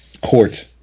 court